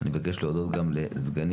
אני מבקש להודות גם לסגנית